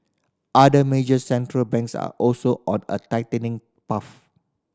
other major Central Banks are also on a tightening path